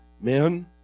Men